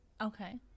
okay